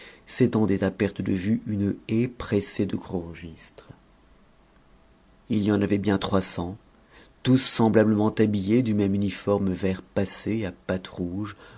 s'étendait à perte de vue une haie pressée de gros registres il y en avait bien trois cents tous semblablement habillés du même uniforme vert passé à patte rouge